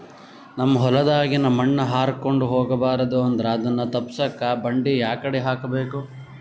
ನಮ್ ಹೊಲದಾಗಿನ ಮಣ್ ಹಾರ್ಕೊಂಡು ಹೋಗಬಾರದು ಅಂದ್ರ ಅದನ್ನ ತಪ್ಪುಸಕ್ಕ ಬಂಡಿ ಯಾಕಡಿ ಹಾಕಬೇಕು?